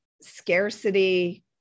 scarcity